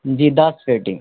جی دس پیٹی